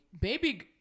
baby